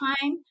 time